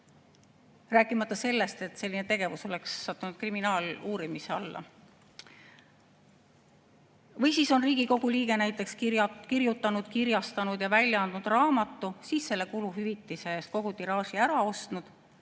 rääkimata sellest, et selline tegevus oleks sattunud kriminaaluurimise alla. Või siis on Riigikogu liige näiteks kirjutanud, kirjastanud ja välja andnud raamatu, siis kuluhüvitise eest kogu tiraaži ära ostnud,